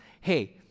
hey